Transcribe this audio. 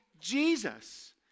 Jesus